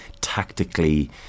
tactically